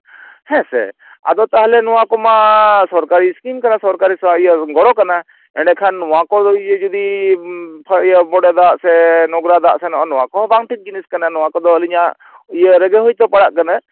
ᱦᱮᱸᱥᱮ ᱟᱫᱚ ᱛᱟᱦᱚᱞᱮ ᱱᱚᱣᱟ ᱠᱚᱢᱟ ᱥᱚᱨᱠᱟᱨᱤ ᱥᱠᱤᱢ ᱠᱟᱱᱟ ᱥᱚᱨᱠᱟᱨᱤ ᱤᱭᱟᱹ ᱜᱚᱲᱚ ᱠᱟᱱᱟ ᱮᱱᱮᱠᱷᱟᱱ ᱱᱚᱣᱟ ᱠᱚ ᱤᱭᱟᱹ ᱡᱩᱫᱤ ᱦᱚᱭ ᱵᱚᱰᱮ ᱫᱟᱜ ᱥᱮ ᱱᱚᱝᱨᱟ ᱫᱟᱜ ᱱᱚᱜᱼᱚᱭ ᱱᱚᱣᱟ ᱠᱚ ᱵᱟᱝ ᱴᱷᱤᱠ ᱡᱤᱱᱤᱥ ᱠᱟᱱᱟ ᱱᱚᱣᱟ ᱠᱚᱫᱚ ᱟᱞᱤᱧᱟᱜ ᱤᱭᱟᱹ ᱨᱮᱜᱮ ᱦᱚᱭᱛᱳ ᱯᱟᱲᱟᱜ ᱠᱟᱱᱟ